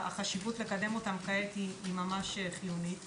והחשיבות לקדם אותם כעת היא ממש חיונית.